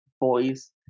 boys